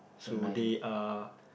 so they are